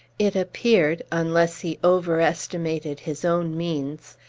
it appeared, unless he overestimated his own means,